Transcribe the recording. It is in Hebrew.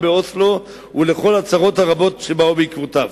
באוסלו ולכל הצרות הרבות שבאו בעקבותיהם.